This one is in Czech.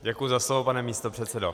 Děkuji za slovo, pane místopředsedo.